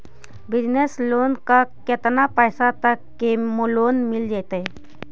Business loan ल केतना पैसा तक के लोन मिल जितै?